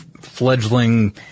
fledgling